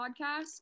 podcast